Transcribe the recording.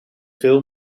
veel